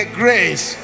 grace